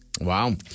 Wow